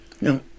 No